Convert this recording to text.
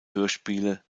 hörspiele